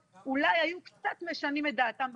אולי היו קצת משנים את דעתם בנושא.